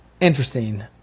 interesting